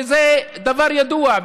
וזה דבר ידוע,